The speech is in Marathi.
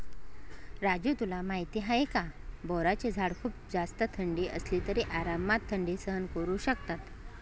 राजू तुला माहिती आहे का? बोराचे झाड खूप जास्त थंडी असली तरी आरामात थंडी सहन करू शकतात